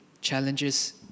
challenges